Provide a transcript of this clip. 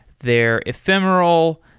they're ephemeral.